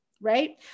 right